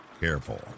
careful